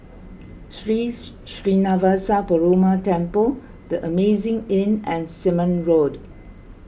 Sri Srinivasa Perumal Temple the Amazing Inn and Simon Road